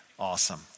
Awesome